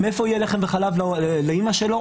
מאיפה יהיה לחם וחלב לאימא שלו?